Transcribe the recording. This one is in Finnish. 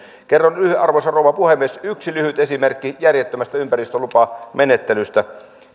arvoisa rouva puhemies yksi lyhyt esimerkki järjettömästä ympäristölupamenettelystä